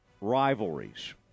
rivalries